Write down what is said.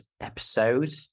episode